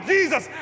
Jesus